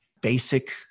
basic